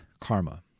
karma